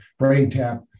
BrainTap